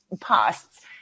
pasts